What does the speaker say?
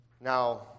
Now